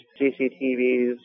CCTVs